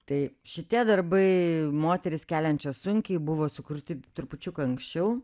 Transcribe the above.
tai šitie darbai moterys keliančios sunkiai buvo sukurti trupučiuką anksčiau